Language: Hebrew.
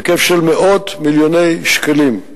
בהיקף של מאות מיליוני שקלים.